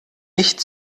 nicht